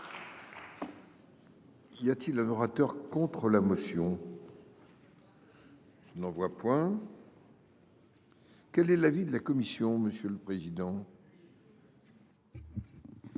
Y a-t-il un orateur contre la motion. Je ne vois point. Quel est l'avis de la commission, monsieur le président.